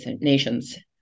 Nations